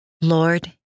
Lord